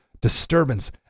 disturbance